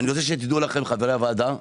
חברי הוועדה,